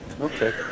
Okay